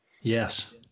Yes